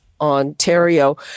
Ontario